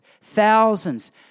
Thousands